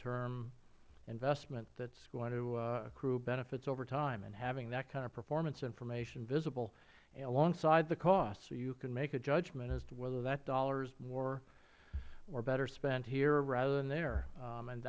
term investment that is going to accrue benefits over time and having that kind of performance information visible alongside the cost so you can make a judgment as to whether that dollar is more or better spent here rather than there